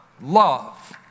Love